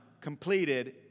completed